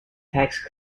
tax